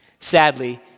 Sadly